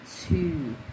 two